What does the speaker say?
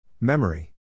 memory